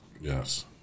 Yes